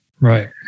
right